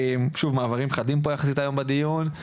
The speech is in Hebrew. יש לנו מעברים חדים היום בדיון.